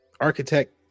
architect